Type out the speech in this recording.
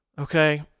Okay